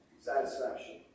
satisfaction